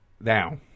Now